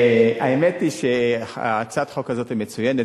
האמת היא שהצעת החוק הזאת היא מצוינת,